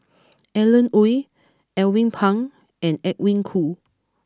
Alan Oei Alvin Pang and Edwin Koo